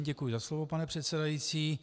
Děkuji za slovo, pane předsedající.